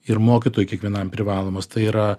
ir mokytojui kiekvienam privalomos tai yra